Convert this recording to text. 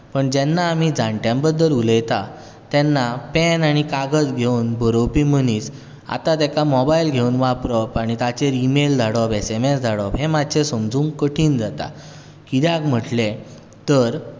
पूण जेन्ना आमी जाणट्यां बद्दल उलयता तेन्ना पेन आनी कागज घेवून बरोवपी मनीस आतां ताका मोबायल घेवून वापरप ताचेर इमेल धाडप एसएमएस धाडप हें मातशें समजूंक कठीण जाता कित्याक म्हटलें तर